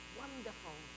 wonderful